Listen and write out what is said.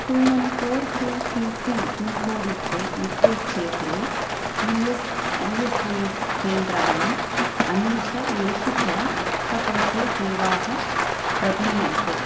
two one four two three three pincode युक्ते युक्ते क्षेत्रे E S E S E S केन्द्राणि अन्विष येषु च रक्तकोषे सेवाः प्रदीयन्ते